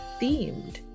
themed